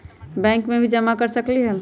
Bank में भी जमा कर सकलीहल?